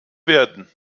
werden